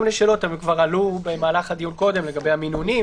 את אומרת בעצם שיש היגיון במה שאנחנו אומרים,